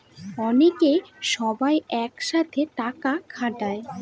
অনেকে সবাই এক সাথে টাকা খাটায়